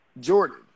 Jordan